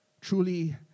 truly